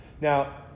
Now